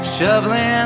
Shoveling